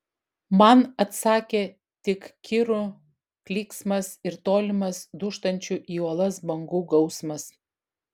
man atsakė tik kirų klyksmas ir tolimas dūžtančių į uolas bangų gausmas